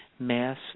mass